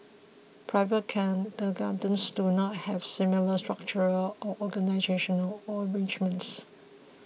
private kindergartens do not have similar structural or organisational arrangements